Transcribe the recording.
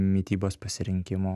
mitybos pasirinkimo